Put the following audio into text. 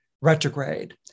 retrograde